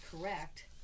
correct